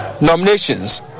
Nominations